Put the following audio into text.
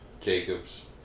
Jacobs